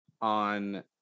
on